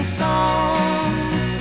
songs